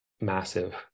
massive